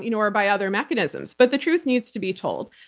you know or by other mechanisms. but the truth needs to be told.